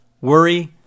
worry